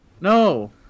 No